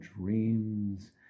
dreams